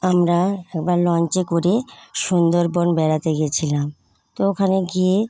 আমরা একবার লঞ্চে করে সুন্দরবন বেড়াতে গিয়েছিলাম তো ওখানে গিয়ে